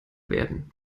werden